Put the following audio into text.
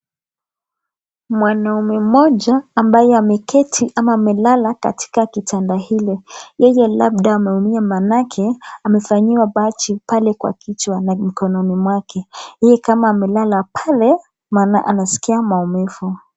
Mwanaume mmoja ambaye ameketi ama amelala katika kitanda hilo. Yeye Labda ameumia maanake amefanyiwa bachi pale kwa kichwa na mkononi mwake. Hii kama amelala pale maana anasikia maumivu.